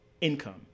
income